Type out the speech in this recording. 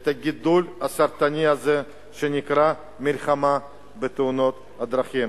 את הגידול הסרטני הזה שנקרא המלחמה בתאונות הדרכים.